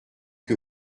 que